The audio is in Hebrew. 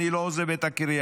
אני לא עוזב את הקריה.